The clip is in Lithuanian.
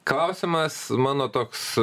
klausimas mano toks